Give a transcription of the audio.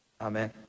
Amen